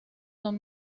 son